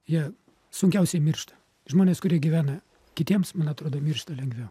jie sunkiausiai miršta žmonės kurie gyvena kitiems man atrodo miršta lengviau